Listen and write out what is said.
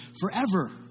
forever